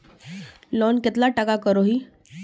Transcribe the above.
Loan कतला टाका करोही?